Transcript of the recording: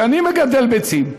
ואני מגדל ביצים,